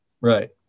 right